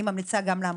אני מציעה גם לעמותות,